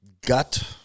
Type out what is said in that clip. gut